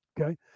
Okay